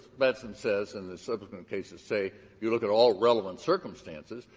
batson says, and the subsequent cases say, you look at all relevant circumstances.